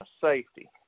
Safety